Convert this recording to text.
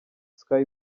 sky